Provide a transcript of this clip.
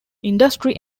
industry